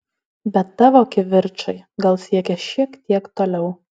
bet tavo kivirčai gal siekė šiek tiek toliau